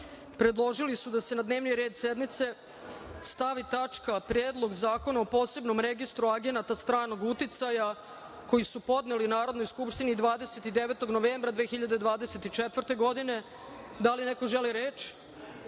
predložili su da se na dnevni red sednice stavi tačka – Predlog zakona o posebnom registru agenata stranog uticaja, koji su podneli Narodnoj skupštini 29. novembra 2024. godine. Da li neko želi reč?